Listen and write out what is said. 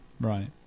right